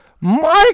Mike